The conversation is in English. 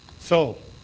so,